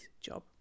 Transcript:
job